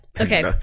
okay